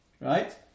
Right